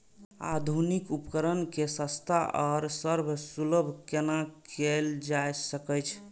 आधुनिक उपकण के सस्ता आर सर्वसुलभ केना कैयल जाए सकेछ?